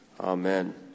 Amen